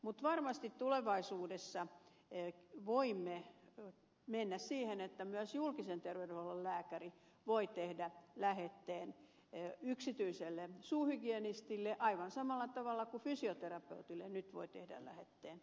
mutta varmasti tulevaisuudessa voimme mennä siihen että myös julkisen terveydenhuollon lääkäri voi tehdä lähetteen yksityiselle suuhygienistille aivan samalla tavalla kuin fysioterapeutille nyt voi tehdä lähetteen